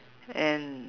and